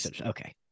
Okay